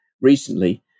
recently